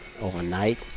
overnight